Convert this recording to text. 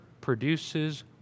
produces